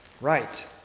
Right